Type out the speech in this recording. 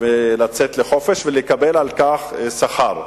ולצאת לחופש ולקבל על כך שכר.